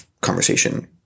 conversation